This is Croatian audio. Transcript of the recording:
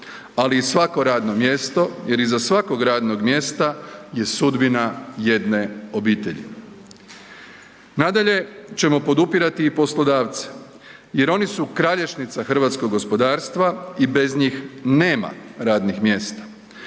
ali i svako radno mjesto jer iza svakog radnog mjesta je sudbina jedne obitelji. Nadalje ćemo podupirati i poslodavce jer oni su kralješnica hrvatskog gospodarstva i bez njih nema radnih mjesta.